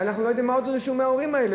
אנחנו לא יודעים מה עוד ידרשו מההורים האלה.